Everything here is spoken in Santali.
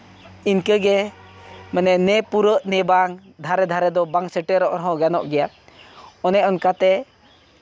ᱤᱱᱠᱟᱹ ᱜᱮ ᱱᱮ ᱯᱩᱨᱟᱹᱜ ᱱᱮ ᱵᱟᱝ ᱫᱷᱟᱨᱮ ᱫᱷᱟᱨᱮ ᱫᱚ ᱵᱟᱝ ᱥᱮᱴᱮᱨᱚᱜ ᱨᱮᱦᱚᱸ ᱜᱟᱱᱚᱜ ᱜᱮᱭᱟ ᱚᱱᱮ ᱚᱱᱠᱟᱛᱮ